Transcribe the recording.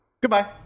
Goodbye